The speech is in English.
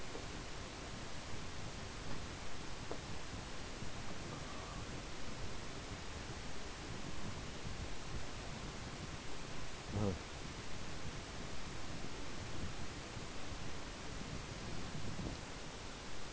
(uh huh)